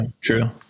true